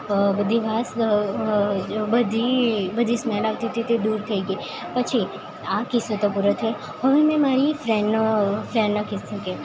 બધી વાસ બધી બધી સ્મેલ આવતી હતી એ દૂર થઈ ગઈ પછી આ કિસ્સો તો પૂરો થયો હવે હું મારી ફ્રેન્ડનો કિસ્સો કહું